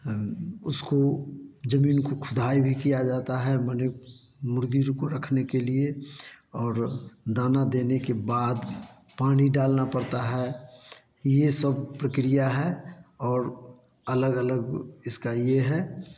उसको जमीन को खुदाई भी किया जाता है माने मुर्गी को रखने के लिए और दाना देने के बाद पानी डालना पड़ता है ये सब प्रक्रिया है और अलग अलग इसका ये है